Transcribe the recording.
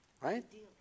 Right